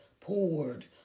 poured